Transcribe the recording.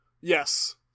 Yes